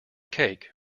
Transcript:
cake